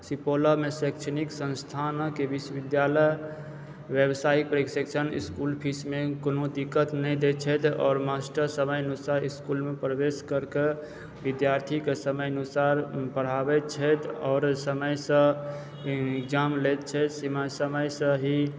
सुपौलमे शैक्षणिक संस्थानक विश्वविद्यालय व्यावसायिक प्रशिक्षण इसकुल फीसमे कोनो दिक्कत नहि दए छथि आओर मास्टर समय अनुसार स्कूलमे प्रवेश करि कए विद्यार्थीके समय अनुसार पढ़ाबैत छथि आओर समयसंँ एक्जाम लैत छथि समय से ही